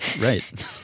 right